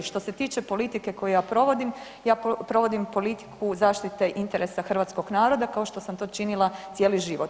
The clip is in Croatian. Što se tiče politike koju ja provodim, ja provodim politiku zaštite interesa hrvatskog naroda kao što sam to činila cijeli život.